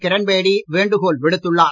கிரண் பேடி வேண்டுகோள் விடுத்துள்ளார்